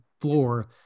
floor